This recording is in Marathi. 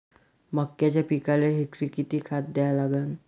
मक्याच्या पिकाले हेक्टरी किती खात द्या लागन?